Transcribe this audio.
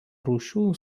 rūšių